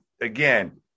again